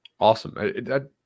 Awesome